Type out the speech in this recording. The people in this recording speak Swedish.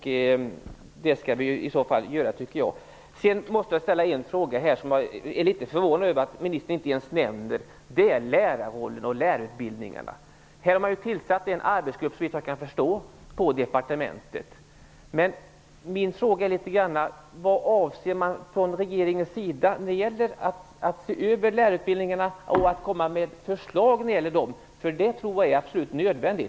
Sedan måste jag ta upp en fråga som jag är litet förvånad över att ministern inte ens nämner. Det är lärarrollen och lärarutbildningarna. Man har såvitt jag kan förstå tillsatt en arbetsgrupp på departementet. Vad avser regeringen att föreslå när det gäller lärarutbildningarna? Jag tror att det är absolut nödvändigt att göra någonting.